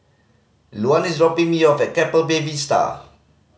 Luann is dropping me off at Keppel Bay Vista